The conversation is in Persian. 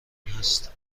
هست